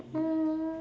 um